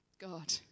God